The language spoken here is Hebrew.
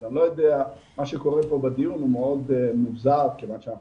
אז מה שקורה פה בדיון מאוד מוזר כיון שאנחנו